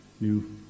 new